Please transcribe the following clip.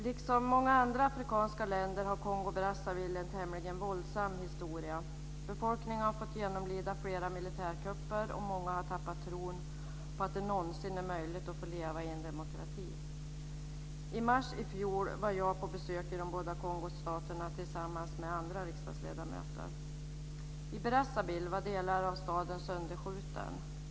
Liksom många andra afrikanska länder har Kongo-Brazzaville en tämligen våldsam historia. Befolkningen har fått genomlida flera militärkupper, och många har tappat tron på att det någonsin är möjligt att få leva i en demokrati. I mars i fjol var jag tillsammans med andra riksdagsledamöter på besök i de båda Kongostaterna. I Brazzaville var delar av staden sönderskjutna.